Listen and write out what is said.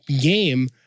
game